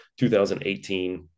2018